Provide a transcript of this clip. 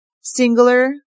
Singular